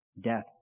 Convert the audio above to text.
death